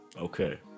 Okay